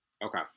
Okay